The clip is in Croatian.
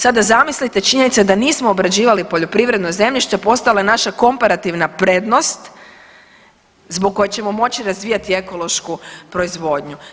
Sada zamislite činjenice da nismo obrađivali poljoprivredno zemljište postalo je naša komparativna prednost zbog koje ćemo moći razvijati ekološku proizvodnju.